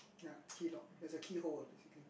ya key lock there's a keyhole ah basically